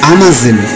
Amazon